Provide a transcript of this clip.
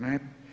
Ne.